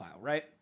right